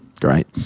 Great